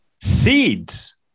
seeds